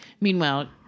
Meanwhile